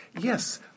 Yes